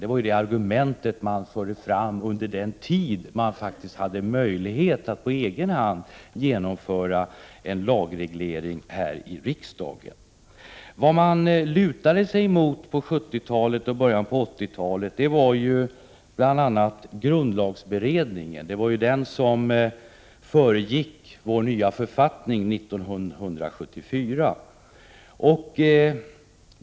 Det var det argument man förde fram under den tid man faktiskt hade möjlighet att på egen hand genomföra en lagreglering i riksdagen. Vad man lutade sig mot på 70-talet och i början av 80-talet var bl.a. grundlagberedningen. Det var den som föregick vår nya författning 1974.